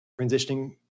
transitioning